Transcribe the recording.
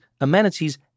amenities